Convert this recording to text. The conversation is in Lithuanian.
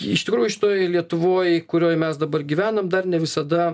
iš tikrųjų šitoj lietuvoj kurioj mes dabar gyvenam dar ne visada